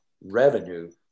revenue